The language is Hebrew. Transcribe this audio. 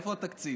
איפה התקציב?